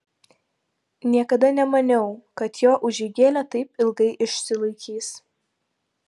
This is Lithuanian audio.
niekada nemaniau kad jo užeigėlė taip ilgai išsilaikys